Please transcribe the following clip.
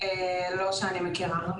לא שאני מכירה.